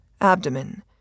abdomen